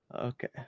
Okay